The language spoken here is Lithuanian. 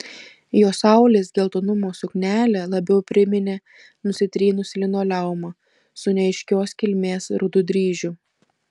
jos saulės geltonumo suknelė labiau priminė nusitrynusį linoleumą su neaiškios kilmės rudu dryžiu